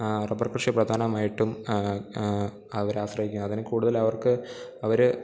rubber കൃഷി പ്രധാനമായിട്ടും അവരാശ്രയിക്കുന്നത് അതിൽ കൂടുതലവർക്ക് അവർ